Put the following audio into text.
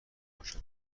باشد